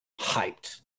Hyped